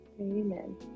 Amen